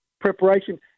preparation